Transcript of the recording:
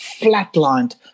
flatlined